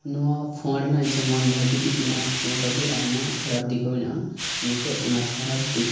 ᱱᱚᱶᱟ ᱯᱷᱳᱱ ᱨᱮᱱᱟᱜ ᱡᱮᱢᱚᱱ ᱵᱷᱟᱜᱮ ᱫᱤᱠ ᱢᱮᱱᱟᱜᱼᱟ ᱴᱷᱤᱠ ᱚᱱᱠᱟ ᱜᱮ ᱟᱭᱢᱟ ᱠᱷᱟᱨᱟᱯ ᱫᱤᱠ ᱦᱚᱸ ᱢᱮᱱᱟᱜᱼᱟ ᱱᱤᱛᱚᱜ ᱚᱱᱟ ᱠᱷᱟᱨᱟᱯ ᱫᱤᱠ